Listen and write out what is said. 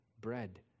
bread